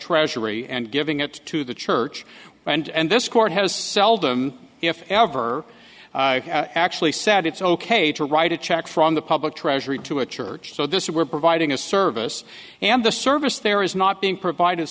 treasury and giving it to the church and this court has seldom if ever actually said it's ok to write a check from the public treasury to a church so this we're providing a service and the service there is not being provided